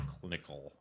clinical